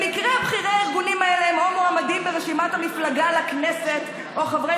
במקרה בכירי הארגונים האלה הם או מועמדים ברשימת המפלגה לכנסת או חברי